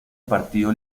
partido